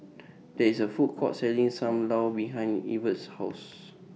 There IS A Food Court Selling SAM Lau behind Evert's House